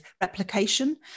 replication